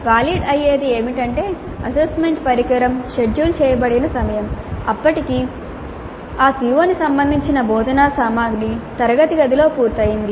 valid అయ్యేది ఏమిటంటే assessment పరికరం షెడ్యూల్ చేయబడిన సమయం అప్పటికి ఆ CO కి సంబంధించిన బోధనా సామగ్రి తరగతి గదిలో పూర్తయింది